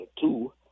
two